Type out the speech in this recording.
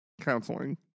counseling